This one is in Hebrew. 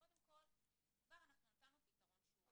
אז קודם כל, כבר נתנו פתרון רוחבי.